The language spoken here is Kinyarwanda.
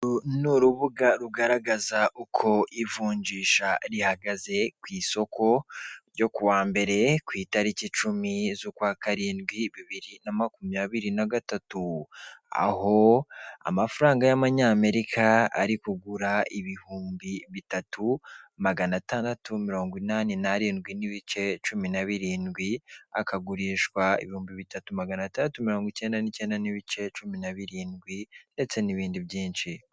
Uru ni urubuga rugaragaza uko ivunjisha rihagaze ku isoko ryo kuwa mbere ku itariki cumi zukwa karindwi, bibiri na makumyabiri na gatatu, aho amafaranga y'amanyamerika ari kugura ibihumbi bitatu magana atandatu mirongo inani na rindwi n'ibice cumi na birindwi akagurishwa ibihumbi bitatu magana atandatu mirongo icyenda n'icyenda n'ibice cumi na birindwi ndetse n'ibindi byinshi.